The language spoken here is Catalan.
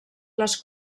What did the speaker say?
les